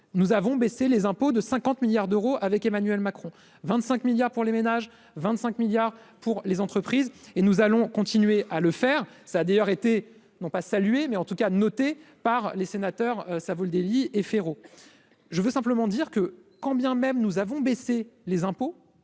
Nous avons baissé les impôts de 50 milliards d'euros avec Emmanuel Macron 25 milliards pour les ménages, 25 milliards pour les entreprises et nous allons continuer à le faire, ça a d'ailleurs été non pas saluer, mais en tout cas, notez par les sénateurs, ça vous le délit et Ferrero je veux simplement dire que, quand bien même nous avons baissé les impôts,